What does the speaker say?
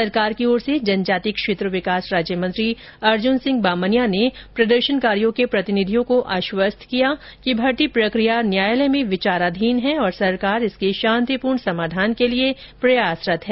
सरकार की ओर से जनजातीय क्षेत्र विकास राज्य मंत्री अर्जुन सिंह बामनिया ने प्रदर्शनकारियों के प्रतिनिधियों को आश्वस्त किया कि भर्ती प्रक्रिया न्यायालय में विचाराधीन है और सरकार इसके शांतिपूर्ण समाधान के लिए प्रयासरत है